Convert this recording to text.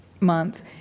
month